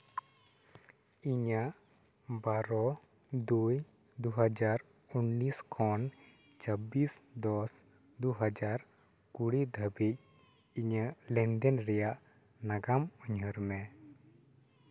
ᱤᱧᱟᱹᱜ ᱵᱟᱨᱚ ᱫᱩᱭ ᱫᱩᱦᱟᱡᱟᱨ ᱩᱱᱤᱥ ᱠᱷᱚᱱ ᱪᱷᱟᱵᱽᱵᱤᱥ ᱫᱚᱥ ᱫᱩᱦᱟᱡᱟᱨ ᱠᱩᱲᱤ ᱫᱷᱟᱹᱵᱤᱡᱽ ᱤᱧᱟᱹᱜ ᱞᱮᱱᱫᱮᱱ ᱨᱮᱭᱟᱜ ᱱᱟᱜᱟᱱ ᱩᱭᱦᱟᱹᱨ ᱢᱮ